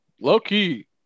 Low-key